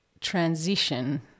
transition